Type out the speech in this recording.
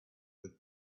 with